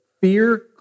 Fear